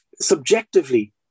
subjectively